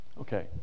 Okay